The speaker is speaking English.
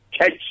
catch